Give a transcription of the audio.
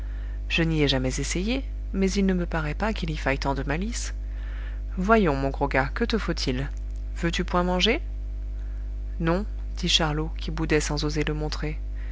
je n'y ai jamais essayé mais il ne me paraît pas qu'il y faille tant de malice voyons mon gros gars que te faut-il veux-tu point manger non dit charlot qui boudait sans oser le montrer